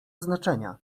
znaczenia